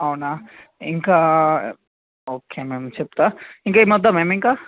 అవునా ఇంకా okay ma'am చెప్తాను ఇంకా ఏమివద్దా మ్యామ్ ఇంకా